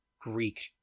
greek